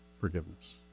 forgiveness